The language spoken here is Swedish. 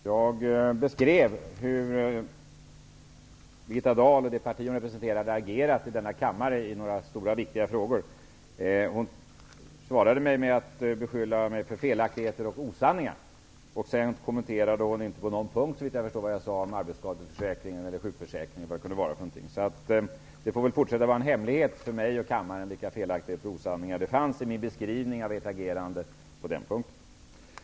Herr talman! Jag beskrev hur Birgitta Dahl och det parti hon representerar har agerat i denna kammare i några stora och viktiga frågor. Hon svarade mig med att beskylla mig för felaktigheter och osanningar. Sedan kommenterade hon inte på någon punkt, såvitt jag förstår, vad jag sade om arbetsskadeförsäkringen eller sjukförsäkringen och det andra jag nämnde. Det får väl fortsätta att vara en hemlighet för mig och kammaren vilka felaktigheter och osanningar det fanns i min beskrivning av deras agerande på den punkten.